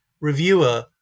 reviewer